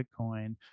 bitcoin